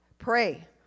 pray